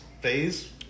phase